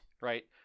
Right